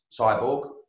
Cyborg